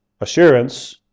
Assurance